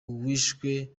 uwishwe